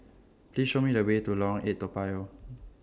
Please Show Me The Way to Lorong eight Toa Payoh